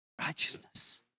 Righteousness